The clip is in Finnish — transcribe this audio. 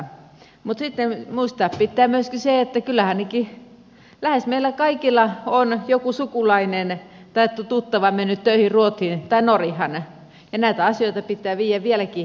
mutta sitten muistaa pitää myöskin se että kyllä lähes meillä kaikilla on joku sukulainen tai tuttava mennyt töihin ruotsiin tai norjaan ja näitä asioita pitää viedä vieläkin eteenpäin